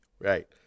Right